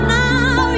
now